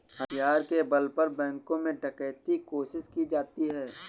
हथियार के बल पर बैंकों में डकैती कोशिश की जाती है